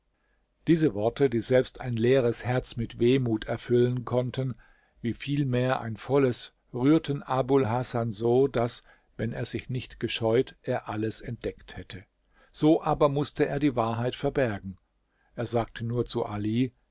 diese worte die selbst ein leeres herz mit wehmut erfüllen konnten wie vielmehr ein volles rührten abul hasan so daß wenn er sich nicht gescheut er alles entdeckt hätte so aber mußte er die wahrheit verbergen er sagte nur zu ali